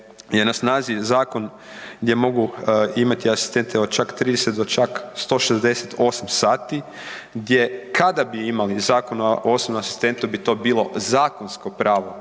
na snazi zakon gdje mogu imati asistente od čak 30 do čak 168 sati, gdje kada bi imali Zakon o osobnom asistentu bi to bilo zakonsko pravo